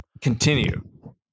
Continue